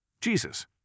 Jesus